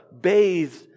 bathed